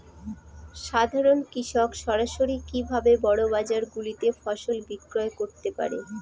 সাধারন কৃষক সরাসরি কি ভাবে বড় বাজার গুলিতে ফসল বিক্রয় করতে পারে?